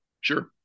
sure